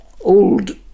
old